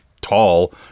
tall